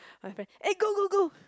my friend eh go go go